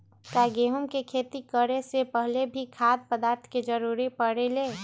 का गेहूं के खेती करे से पहले भी खाद्य पदार्थ के जरूरी परे ले?